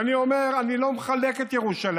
ואני אומר: אני לא מחלק את ירושלים,